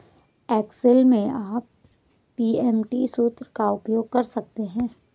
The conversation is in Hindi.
एक्सेल में आप पी.एम.टी सूत्र का उपयोग कर सकते हैं